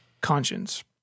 conscience